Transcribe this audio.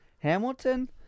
Hamilton